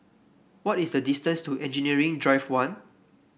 what is the distance to Engineering Drive One